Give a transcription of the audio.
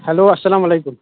hello اَسَلامُ علیکُم